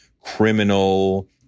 criminal